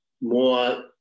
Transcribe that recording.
more